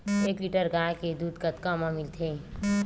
एक लीटर गाय के दुध कतका म मिलथे?